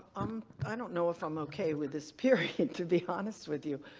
um i don't know if i'm okay with this period to be honest with you.